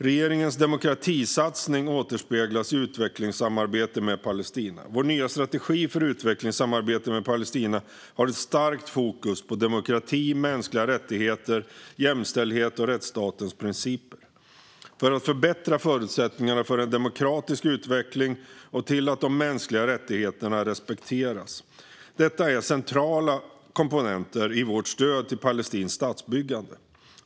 Regeringens demokratisatsning återspeglas i utvecklingssamarbetet med Palestina. Vår nya strategi för utvecklingssamarbetet med Palestina har ett starkt fokus på demokrati, mänskliga rättigheter, jämställdhet och rättsstatens principer för att förbättra förutsättningarna för en demokratisk utveckling och att de mänskliga rättigheterna respekteras. Detta är centrala komponenter i vårt stöd till palestinskt statsbyggande.